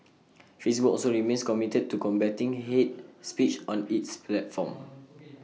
Facebook also remains committed to combating hate speech on its platform